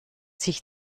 sich